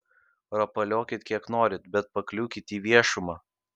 rapaliokit kiek norit bet pakliūkit į viešumą